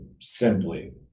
simply